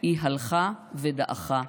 היא הלכה ודעכה,